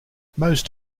most